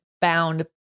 bound